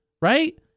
right